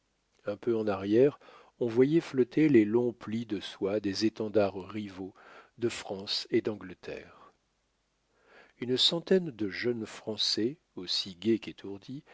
un peu en arrière on voyait flotter les longs plis de soie des étendards rivaux de france et d'angleterre une centaine de jeunes français aussi gais qu'étourdis